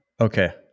Okay